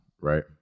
right